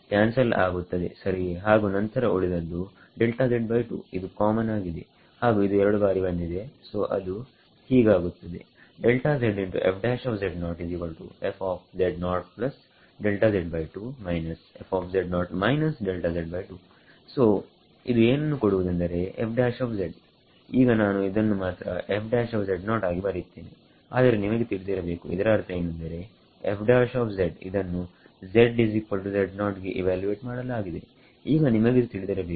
cancel ಆಗುತ್ತದೆ ಸರಿಯೇ ಹಾಗೂ ನಂತರ ಉಳಿದದ್ದು ಇದು ಕಾಮನ್ ಆಗಿದೆ ಹಾಗೂ ಇದು ಎರಡು ಬಾರಿ ಬಂದಿದೆ ಸೊ ಅದು ಹೀಗಾಗುತ್ತದೆ ಸೋಇದು ಏನನ್ನು ಕೊಡುವುದೆಂದರೆ ಈಗ ನಾನು ಇದನ್ನು ಮಾತ್ರ ಆಗಿ ಬರೆಯುತ್ತೇನೆ ಆದರೆ ನಿಮಗೆ ತಿಳಿದಿರಬೇಕು ಇದರ ಅರ್ಥ ಏನೆಂದರೆ ಇದನ್ನು ಗೆ ಇವ್ಯಾಲ್ಯು ವೆಟ್ ಮಾಡಲಾಗಿದೆ ಈಗ ನಿಮಗಿದು ತಿಳಿದಿರಬೇಕು